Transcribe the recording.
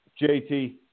JT